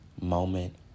moment